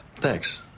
Thanks